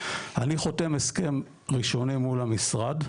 אני חותם הסכם ראשוני מול המשרד,